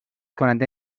کننده